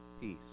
peace